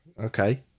Okay